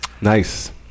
nice